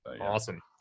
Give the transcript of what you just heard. Awesome